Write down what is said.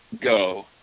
go